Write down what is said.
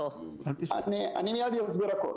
תקבעו פעם אחת את מעמדן.